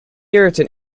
irritant